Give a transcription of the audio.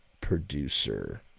producer